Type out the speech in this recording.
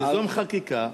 תיזום חקיקה.